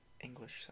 English